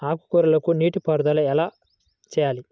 ఆకుకూరలకు నీటి విడుదల ఎలా చేయాలి?